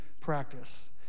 practice